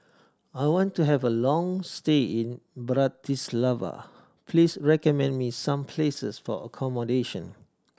I want to have a long stay in Bratislava please recommend me some places for accommodation